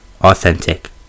authentic